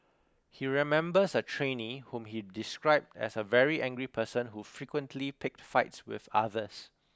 he remembers a trainee whom he described as a very angry person who frequently picked fights with others